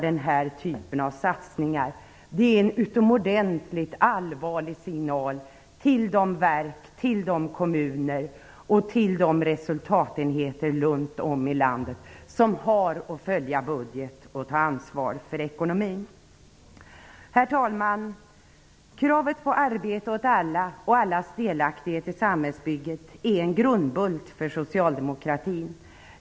Det är en utomordentligt allvarlig signal till de verk, till de kommuner och till de resultatenheter runt om i landet som har att följa sin budget och ta ansvar för ekonomin. Herr talman! Kravet på arbete åt alla och allas delaktighet i samhällsbygget är en grundbult för socialdemokratin.